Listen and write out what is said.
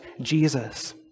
Jesus